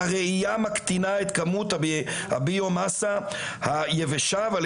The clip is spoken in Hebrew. הראיה מקטינה את כמות הביו מסה היבשה ועל